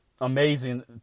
amazing